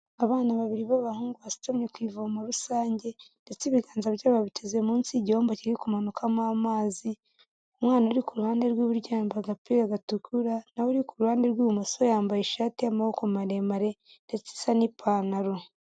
Abana babiri b'abahungu basutomye ku ivomo rusange, ndetse ibiganza byabo babiteze munsi y'igihomba kiri kumanukamo amazi, umwana uri ku ruhande rw'iburyo yambaye agapira gatukura, n'aho uri kuru ruhande rw'ibumoso, yambaye ishati y'amaboko maremare ndetse isa n'ipantaro.